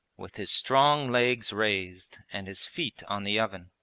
with his strong legs raised and his feet on the oven.